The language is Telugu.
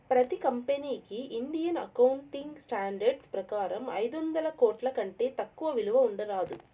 ప్రతి కంపెనీకి ఇండియన్ అకౌంటింగ్ స్టాండర్డ్స్ ప్రకారం ఐదొందల కోట్ల కంటే తక్కువ విలువ ఉండరాదు